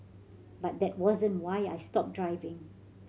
but that wasn't why I stopped driving